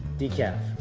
decaf